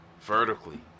vertically